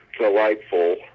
delightful